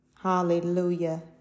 Hallelujah